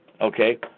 Okay